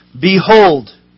Behold